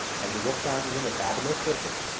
as you look down into the fathomless fissure,